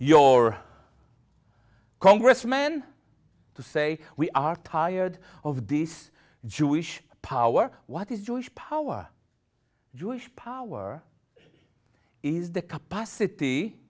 your congress man to say we are tired of this jewish power what is jewish power jewish power is the capacity